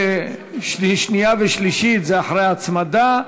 שנייה ושלישית, זה אחרי ההצמדה,